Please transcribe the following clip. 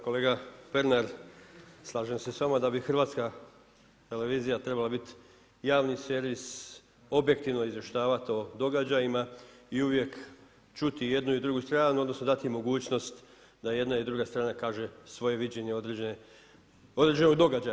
Kolega Pernar slažem se s vama da bi Hrvatska televizija trebala biti javni servis, objektivno izvještavati o događajima i uvijek čuti jednu i drugu stranu odnosno dati mogućnost da jedna i druga strana kaže svoje viđenje određenog događaja.